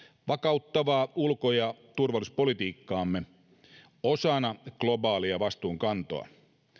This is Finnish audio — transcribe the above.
vakauttavaa ulko ja turvallisuuspolitiikkaamme osana globaalia vastuunkantoa